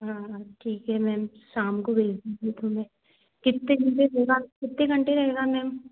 हाँ हाँ ठीक है मेम शाम को भेज दूँगी फिर मैं कितने बजे होगा कित्ते घंटे रहेगा मेम